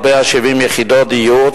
על 170 יחידות דיור,